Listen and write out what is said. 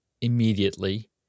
immediately